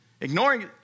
Ignoring